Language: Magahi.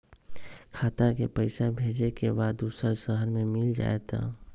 खाता के पईसा भेजेए के बा दुसर शहर में मिल जाए त?